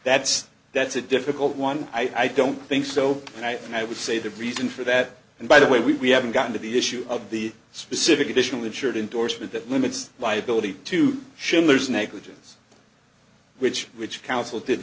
that's that's a difficult one i don't think so and i and i would say the reason for that and by the way we haven't gotten to the issue of the specific additional insured indorsement that limits liability to shim there's negligence which which council did